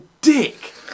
dick